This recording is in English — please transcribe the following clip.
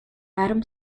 adam